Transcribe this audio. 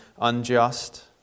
unjust